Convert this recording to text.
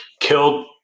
killed